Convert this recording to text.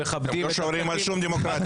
אתם לא שומרים על שום דמוקרטיה.